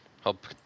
help